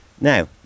Now